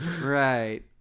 Right